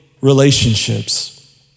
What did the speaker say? relationships